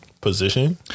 Position